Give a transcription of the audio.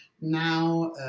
now